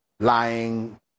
Lying